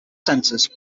centers